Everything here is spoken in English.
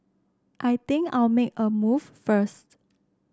I think I'll make a move first